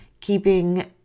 keeping